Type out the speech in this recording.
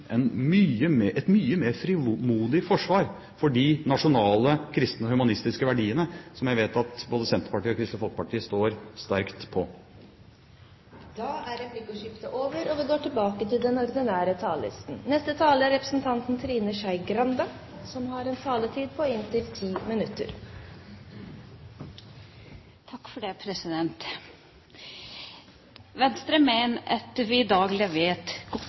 et mye mer frimodig forsvar for de nasjonale kristne og humanistiske verdiene som jeg vet at både Senterpartiet og Kristelig Folkeparti står sterkt på. Replikkordskiftet er dermed omme. Venstre mener at vi lever i et godt samfunn i Norge i dag. Det er veldig mange som har det bra, og samfunnet er innstilt på å hjelpe dem som ikke har det